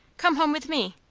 come home with me.